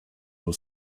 were